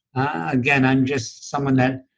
again, i'm just someone that.